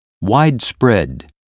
widespread